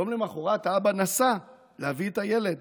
יום למוחרת האבא נסע להביא את הילד